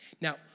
Now